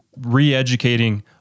re-educating